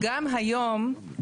אה, כתוב לי פורום ה-15.